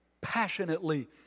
passionately